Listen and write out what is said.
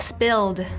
Spilled